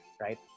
right